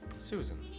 Susan